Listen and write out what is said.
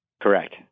Correct